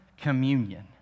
communion